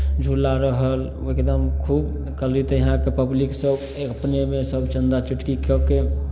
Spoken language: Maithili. झूला रहल एकदम खूब कहली तऽ यहाँके पब्लिकसभ अपनेमे सभ चन्दा चुटकी कऽ के